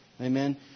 Amen